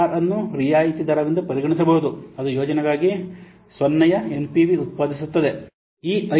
R ಅನ್ನು ರಿಯಾಯಿತಿ ದರವೆಂದು ಪರಿಗಣಿಸಬಹುದು ಅದು ಯೋಜನೆಗಾಗಿ 0 ರ ಎನ್ಪಿವಿ ಉತ್ಪಾದಿಸುತ್ತದೆ ಈ ಐ